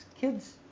Kids